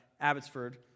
Abbotsford